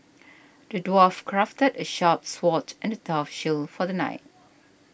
the dwarf crafted a sharp sword and a tough shield for the knight